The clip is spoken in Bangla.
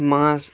মাছ